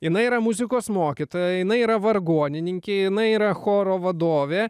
jinai yra muzikos mokytoja jinai yra vargonininkė jinai yra choro vadovė